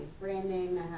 branding